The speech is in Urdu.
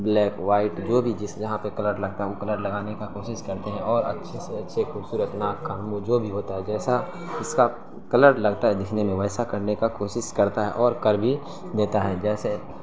بلیک وائٹ جو بھی جس جہاں پہ کلر لگتا ہے او کلر لگانے کا کوشش کرتے ہیں اور اچھے سے اچھے خوبصورت ناک کان میں جو بھی ہوتا ہے جیسا اس کا کلر لگتا ہے دیکھنے میں ویسا کرنے کا کوشش کرتا ہے اور کر بھی دیتا ہے جیسے